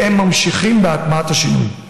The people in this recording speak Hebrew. והם ממשיכים בהטמעת השינוי.